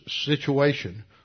situation